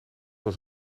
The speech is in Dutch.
was